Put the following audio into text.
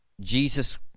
Jesus